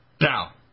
Now